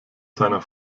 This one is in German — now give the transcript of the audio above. seiner